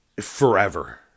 forever